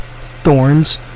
thorns